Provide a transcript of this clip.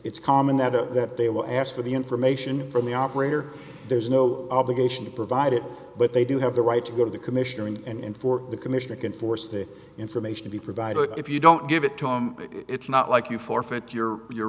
it's common that up that they were asked for the information from the operator there's no obligation to provide it but they do have the right to go to the commissioner in for the commissioner can force the information he provided if you don't give it to him it's not like you forfeit your your